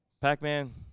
Pac-Man